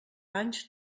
anys